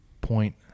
point